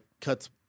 cuts